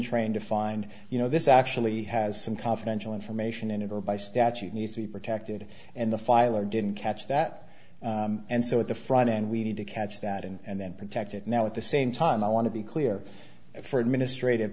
trying to find you know this actually has some confidential information in it or by statute needs to be protected and the filer didn't catch that and so at the front end we need to catch that and then protect it now at the same time i want to be clear for administrative